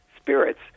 spirits